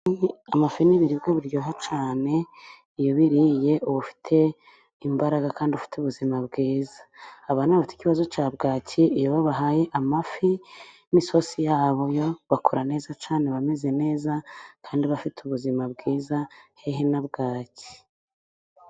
Amafi ni ibiribwa biryoha cyane, iyo ubiriye uba ufite imbaraga kandi ufite ubuzima bwiza, abana bafite ikibazo cya bwaki, iyo babahaye amafi n'isosi yayo, bakura neza cyane bameze neza, kandi bafite ubuzima bwiza, hehe na bwaki.